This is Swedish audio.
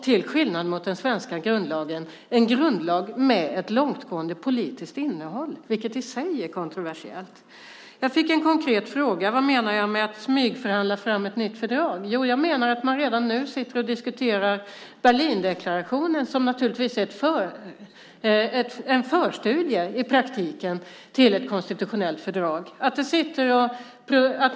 Till skillnad från den svenska grundlagen är det en grundlag med ett långtgående politiskt innehåll, vilket i sig är kontroversiellt. Jag fick en konkret fråga, nämligen vad jag menar med att man smygförhandlar fram ett nytt fördrag. Jag menar att man redan nu diskuterar Berlindeklarationen, som i praktiken naturligtvis är en förstudie till ett konstitutionellt fördrag.